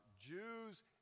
Jews